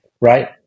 Right